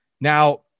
Now